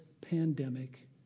pandemic